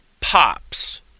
pops